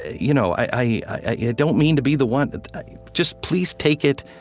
you know i yeah don't mean to be the one just please take it.